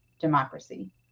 democracy